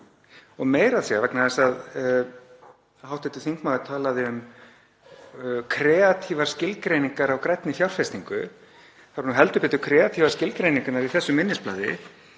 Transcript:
að segja, vegna þess að hv. þingmaður talaði um kreatífar skilgreiningar á grænni fjárfestingu, þá eru nú heldur betur kreatífar skilgreiningarnar í þessu minnisblaði